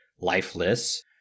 lifeless